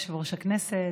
כבוד יושב-ראש הכנסת,